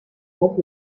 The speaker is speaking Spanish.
pop